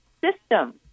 system